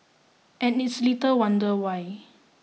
and it's little wonder why